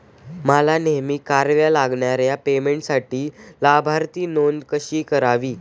मला नेहमी कराव्या लागणाऱ्या पेमेंटसाठी लाभार्थी नोंद कशी करावी?